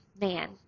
man